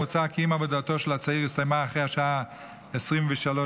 מוצע כי אם עבודתו של הצעיר הסתיימה אחרי השעה 23:00,